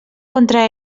contra